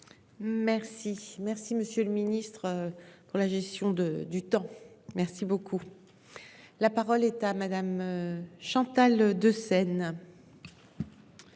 Merci, merci Monsieur le Ministre quand la gestion de du temps. Merci beaucoup. La parole est à madame Chantal de scène.